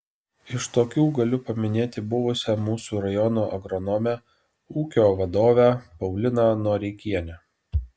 iš tokių galiu paminėti buvusią mūsų rajono agronomę ūkio vadovę pauliną noreikienę